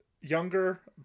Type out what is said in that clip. younger